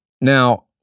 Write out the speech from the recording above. Now